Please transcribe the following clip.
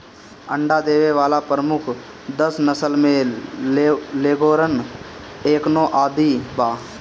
अंडा देवे वाला प्रमुख दस नस्ल में लेघोर्न, एंकोना आदि बा